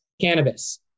cannabis